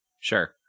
Sure